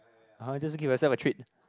(uh huh) just give yourself a treat